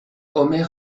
omer